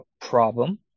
problem